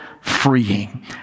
freeing